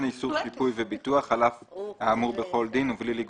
אני לא בטוח שיש